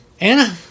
Anna